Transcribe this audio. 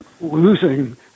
losing